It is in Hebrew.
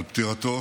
על פטירתו